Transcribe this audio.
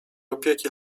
opieki